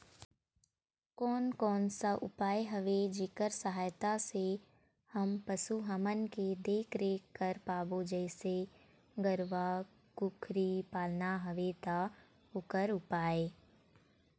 कोन कौन सा उपाय हवे जेकर सहायता से हम पशु हमन के देख देख रेख कर पाबो जैसे गरवा कुकरी पालना हवे ता ओकर उपाय?